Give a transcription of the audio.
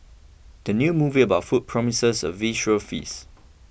the new movie about food promises a visual feast